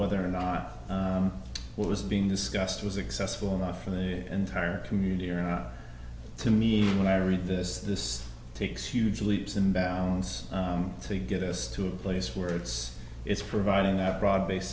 whether or not what was being discussed was excess fuel not for the entire community or not to me when i read this this takes huge leaps and bounds to get us to a place where it's it's providing that broad based